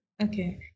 Okay